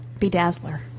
bedazzler